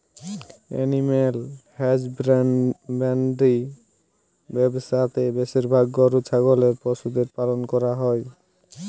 animal husbandry ব্যবসা তে বেশিরভাগ গরু ছাগলের পশুদের পালন করা হই